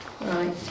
Right